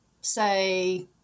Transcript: say